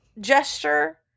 gesture